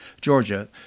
georgia